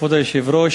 כבוד היושב-ראש,